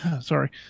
sorry